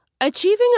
Achieving